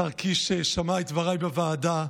השר קיש שמע את דבריי בוועדה,